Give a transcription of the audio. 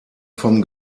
vom